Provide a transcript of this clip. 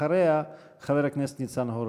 אחריה, חבר הכנסת ניצן הורוביץ.